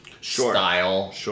style